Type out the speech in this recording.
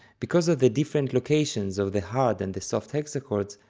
because of the different locations of the hard and the soft hexachords,